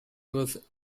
was